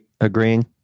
agreeing